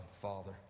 Father